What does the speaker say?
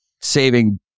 saving